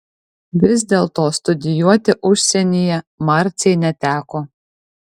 vis dėlto studijuoti užsienyje marcei neteko